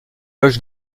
loge